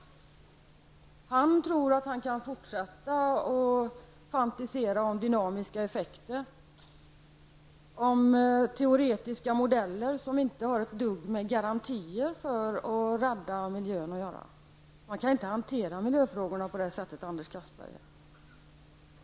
Anders Castberger tror att han kan fortsätta att fantisera om dynamiska effekter och om teoretiska modeller som inte har ett dugg att göra med garantier för att miljön skall kunna räddas. Man kan inte hantera miljöfrågorna på det sättet, Anders Castberger.